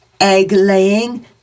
egg-laying